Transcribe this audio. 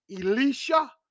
Elisha